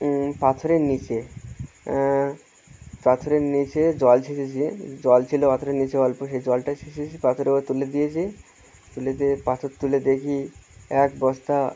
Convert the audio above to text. পাথরের নিচে পাথরের নিচে জল ছেঁচেছে জল ছিলো পাথরে নিচে অল্প সেই জলটা ছেঁচে পাথরের উপর তুলে দিয়েছি তুলে দিয়ে পাথর তুলে দেখি এক বস্তা